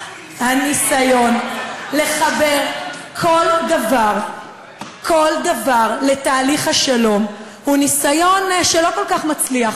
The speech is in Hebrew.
הניסיון לחבר כל דבר לתהליך השלום הוא ניסיון שלא כל כך מצליח.